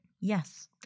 Yes